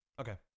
Okay